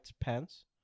pants